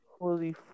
Holy